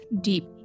deep